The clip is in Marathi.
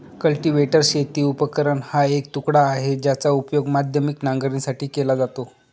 कल्टीवेटर शेती उपकरण हा एक तुकडा आहे, ज्याचा उपयोग माध्यमिक नांगरणीसाठी केला जातो